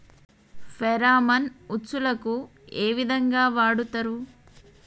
Pheromone ఉచ్చులకు ఏ విధంగా వాడుతరు?